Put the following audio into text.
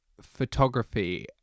photography